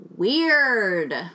Weird